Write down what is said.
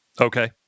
Okay